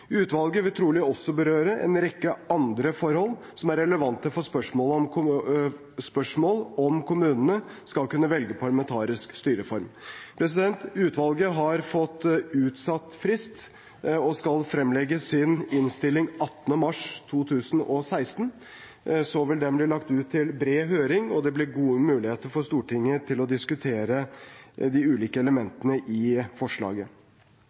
Utvalget vil trolig også berøre en rekke andre forhold som er relevante for spørsmålet om kommunene skal kunne velge parlamatentarisk styreform. Utvalget har fått utsatt frist og skal fremlegge sin innstilling 18. mars 2016. Så vil den bli lagt ut på bred høring, og det vil bli gode muligheter for Stortinget til å diskutere de ulike elementene i forslaget.